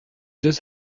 deux